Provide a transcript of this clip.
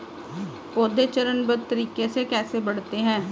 पौधे चरणबद्ध तरीके से कैसे बढ़ते हैं?